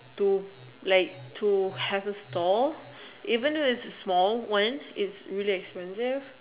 to like to have a store even though is a small one is really expensive